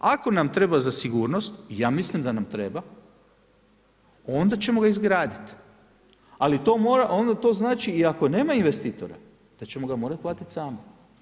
Ako nam treba za sigurno, ja mislim da nam treba, onda ćemo ga izgraditi, ali onda to znači i ako nema investitora, da ćemo ga morati platiti sami.